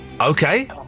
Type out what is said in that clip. Okay